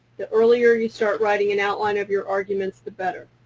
the earlier you start writing an outline of your arguments the better.